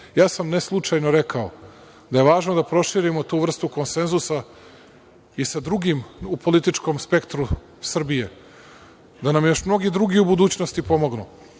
sam ne slučajno rekao, da je važno da proširimo tu vrstu konsenzusa i sa drugim, u političkom spektru Srbije, da nam još mnogi drugi u budućnosti pomognu,